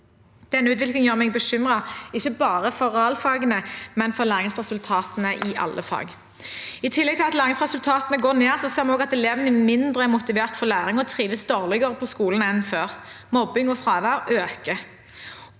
Denne utviklingen gjør meg bekymret, ikke bare for realfagene, men for læringsresultatene i alle fag. I tillegg til at læringsresultatene går ned, ser vi at elevene er mindre motivert for læring og trives dårligere på skolen enn før. Mobbing og fravær øker.